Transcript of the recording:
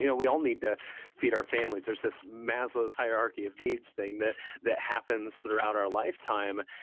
you know we all need to feed our families. there's this maslow's hierarchy of needs thing that that happens throughout our lifetime.